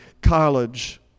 college